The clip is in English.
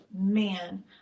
man